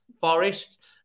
Forest